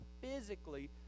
physically